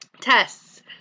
tests